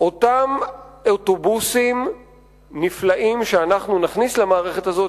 אותם אוטובוסים נפלאים שנכניס למערכת הזאת,